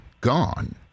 gone